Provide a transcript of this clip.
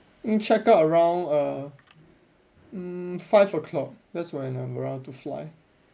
um check out around err um five O clock that's when I'm around to fly